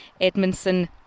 Edmondson